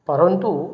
परन्तु